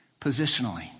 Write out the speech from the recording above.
Positionally